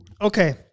Okay